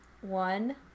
one